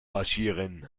marschieren